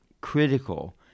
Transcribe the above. critical